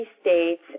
states